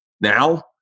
now